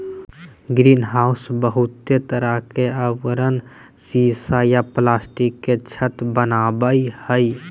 greenhouse बहुते तरह के आवरण सीसा या प्लास्टिक के छत वनावई हई